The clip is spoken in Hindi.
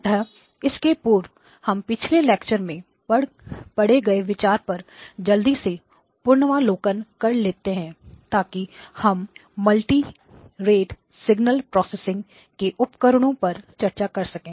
अतः इसके पूर्व हम पिछले लेक्चर में पढ़े गए विचार पर जल्दी से पुनरावलोकन कर ले ताकि हम मल्टीरेट सिग्नल प्रोसेसिंग के उपकरणों पर चर्चा कर सकें